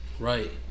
Right